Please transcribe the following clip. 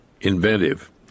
inventive